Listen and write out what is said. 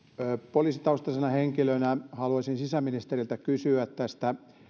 poliisitaustaisena henkilönä haluaisin sisäministeriltä kysyä tästä